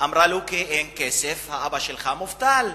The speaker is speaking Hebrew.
ענתה: כי אין כסף, אבא שלך מובטל.